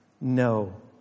No